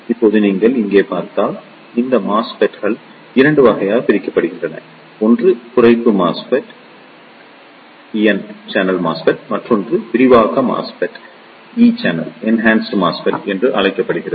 இப்போது நீங்கள் இங்கே பார்த்தால் இந்த MOSFET கள் 2 வகைகளாக பிரிக்கப்பட்டுள்ளன ஒன்று குறைப்பு MOSFET என்றும் மற்றொன்று விரிவாக்க வகை MOSFET என்றும் அழைக்கப்படுகிறது